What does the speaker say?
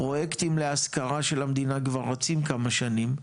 פרויקטים שלהשכרה של המדינה כבר רצים כמה שנים.